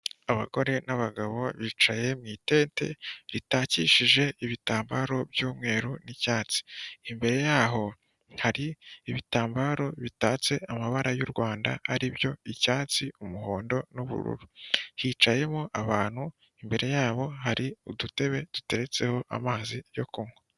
Abagore n'abagabo bicaye mu itente ritakishije ibitambaro by'umweru n'icyatsi, imbere yaho hari ibitambaro bitatse amabara y'u Rwanda aribyo icyatsi, umuhondo n'ubururu, hicayemo abantu imbere yabo hari udutebe duteretseho amazi yo kunywa.